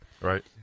Right